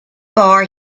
bar